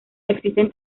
existen